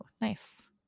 nice